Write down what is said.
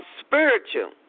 spiritual